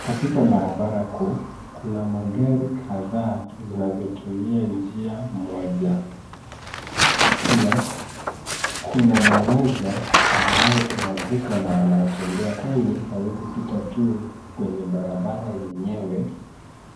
Katika barabara kuu, kuna magari kadhaa zinazotumia njia moja pia kuna daraja ambayo inavukwa na wanaotembea kwani hauezipita tu kwenye barabara yenyewe